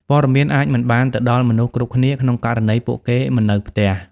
ព័ត៌មានអាចមិនបានទៅដល់មនុស្សគ្រប់គ្នា ក្នុងករណីពួកគេមិននៅផ្ទះ។